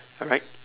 alright